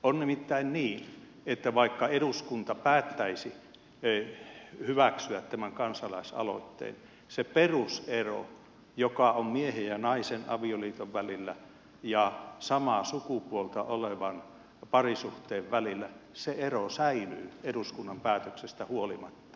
on nimittäin niin että vaikka eduskunta päättäisi hyväksyä tämän kansalaisaloitteen se perusero joka on miehen ja naisen avioliiton ja samaa sukupuolta olevien parisuhteen välillä säilyy eduskunnan päätöksestä huolimatta